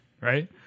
right